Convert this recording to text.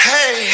Hey